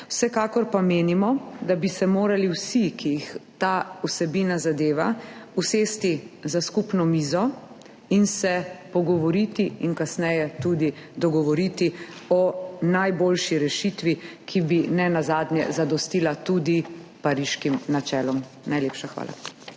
Vsekakor pa menimo, da bi se morali vsi, ki jih ta vsebina zadeva, usesti za skupno mizo in se pogovoriti in kasneje tudi dogovoriti o najboljši rešitvi, ki bi nenazadnje zadostila tudi Pariškim načelom. Najlepša hvala.